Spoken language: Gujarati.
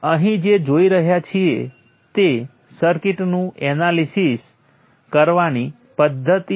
હું તે અહીં લખવા જઈ રહ્યો છું સૌ પ્રથમ આપણે દરેક એલિમેન્ટમાં વોલ્ટેજ લખીએ